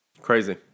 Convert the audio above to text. Crazy